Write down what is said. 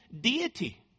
deity